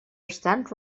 estat